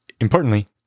importantly